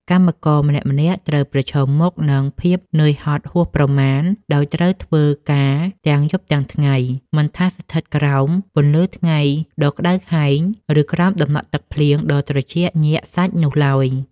កម្មករម្នាក់ៗត្រូវប្រឈមមុខនឹងភាពនឿយហត់ហួសប្រមាណ ដោយត្រូវធ្វើការទាំងយប់ទាំងថ្ងៃ មិនថាស្ថិតក្រោមពន្លឺថ្ងៃដ៏ក្ដៅហែង ឬក្រោមតំណក់ទឹកភ្លៀងដ៏ត្រជាក់ញាក់សាច់នោះឡើយ។